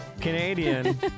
Canadian